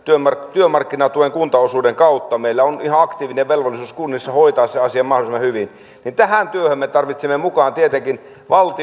työmarkkinatuen kuntaosuuden kautta eli meillä on ihan aktiivinen velvollisuus kunnissa hoitaa se asia mahdollisimman hyvin niin tähän työhön me tarvitsemme mukaan tietenkin